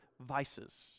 vices